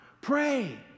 Pray